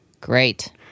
Great